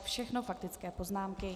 Všechno faktické poznámky.